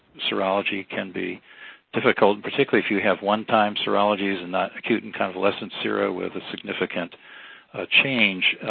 serology can be difficult, particularly if you have one-time serologies and non-acute and convalescent sera with a significant change.